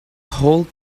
whole